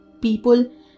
people